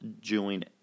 Join